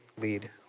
lead